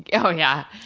yeah oh, yeah.